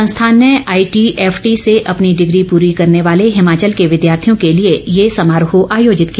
संस्थान ने आईटीएफटी से अपनी डिग्री पूरी करने वाले हिमाचल के विद्यार्थियों के लिए ये समारोह आयोजित किया